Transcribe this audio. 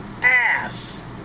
ass